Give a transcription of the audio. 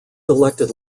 elected